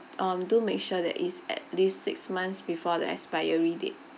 um do make sure that it's at least six months before the expiry date